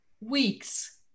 weeks